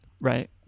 Right